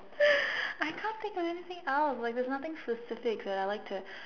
I can't think of anything else like there's nothing specific that I like to